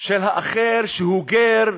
של האחר, שהוא גר,